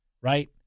right